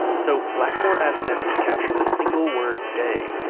so, lacamoire asked nevin to capture the single word, day,